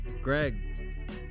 Greg